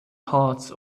heart